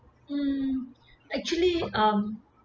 um actually um